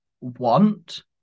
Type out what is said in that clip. want